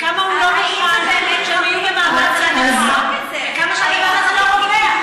כמה הוא לא מוכן שהם יהיו במעמד צד אחד וכמה שהדבר הזה לא רווח,